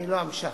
אני לא אמשיך.